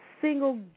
single